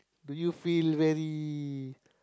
do you feel very